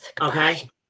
Okay